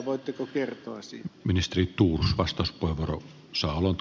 voitteko kertoa siitä